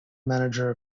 manager